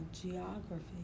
Geography